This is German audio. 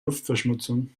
luftverschmutzung